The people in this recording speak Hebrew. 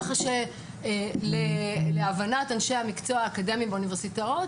ככה שלהבנת אנשי המקצוע האקדמי באוניברסיטאות,